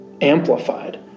amplified